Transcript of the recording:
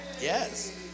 Yes